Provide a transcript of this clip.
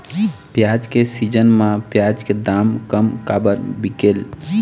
प्याज के सीजन म प्याज के दाम कम काबर बिकेल?